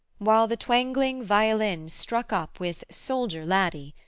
while the twangling violin struck up with soldier-laddie,